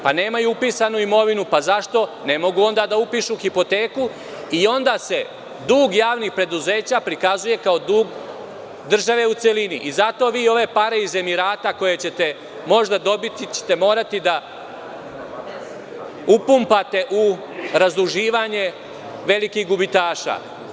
Pa, nemaju upisanu imovinu i ne mogu onda da upišu hipoteku i onda se dug javnih preduzeća prikazuje kao dug države u celini i zato vi ove pare iz Emirata, koje ćete možda dobiti, ćete morati da upumpate u razduživanje velikih gubitaša.